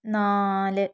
നാല്